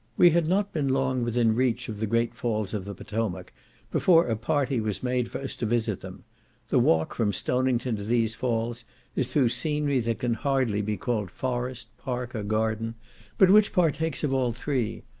we had not been long within reach of the great falls of the potomac before a party was made for us to visit them the walk from stonington to these falls is through scenery that can hardly be called forest, park, or garden but which partakes of all three.